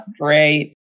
Great